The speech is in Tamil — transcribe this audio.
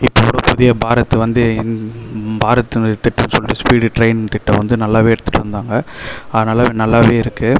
இப்போ கூட புதிய பாரத் வந்து பாரத் திட்டம்ன்னு சொல்லிவிட்டு ஸ்பீட் ட்ரெயின் திட்டம் வந்து நல்லாவே எடுத்துகிட்டு வந்தாங்க அதனால் நல்லாவே இருக்கு